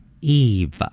Eve